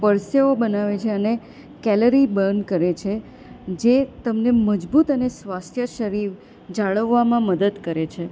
પરસેવો બનાવે છે અને કેલેરી બર્ન કરે છે જે તમને મજબૂત અને સ્વસ્થ શરીર જાળવવામાં મદદ કરે છે